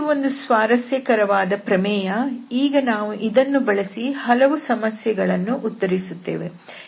ಇದು ಒಂದು ಸ್ವಾರಸ್ಯಕರವಾದ ಪ್ರಮೇಯ ಈಗ ನಾವು ಇದನ್ನು ಬಳಸಿ ಹಲವು ಸಮಸ್ಯೆಗಳನ್ನು ಉತ್ತರಿಸುತ್ತೇವೆ